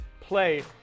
play